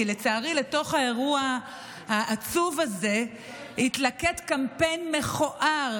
כי לצערי לתוך האירוע העצוב הזה התלכד קמפיין מכוער